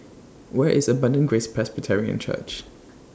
Where IS Abundant Grace Presbyterian Church